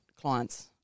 clients